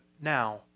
now